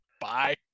Bye